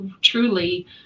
truly